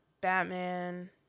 Batman